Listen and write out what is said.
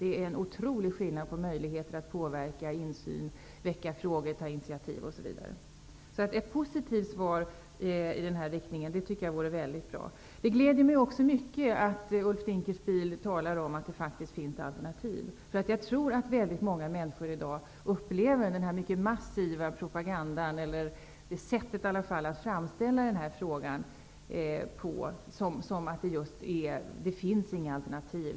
Det är en otrolig skillnad på möjligheter att påverka, få insyn, väcka frågor, ta initiativ osv. Jag tycker att ett positivt svar i denna riktning vore mycket bra. Det glädjer mig också mycket att Ulf Dinkelspiel talar om att det faktiskt finns alternativ. Jag tror att väldigt många människor i dag upplever den mycket massiva propagandan och sättet att framställa frågan på som att det inte finns några alternativ.